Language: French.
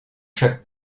chaque